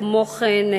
וכמו כן,